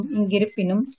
Ingiripinum